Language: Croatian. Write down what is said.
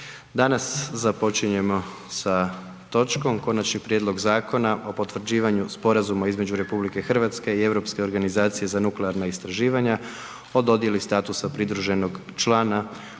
Danas započinjemo sa točkom: - Konačni prijedlog Zakona o potvrđivanju sporazuma između RH i Europske organizacije za nuklearna istraživanja (CERN) o dodijeli statusa pridruženog člana